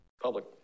public